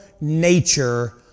nature